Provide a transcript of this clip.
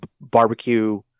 barbecue